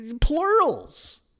plurals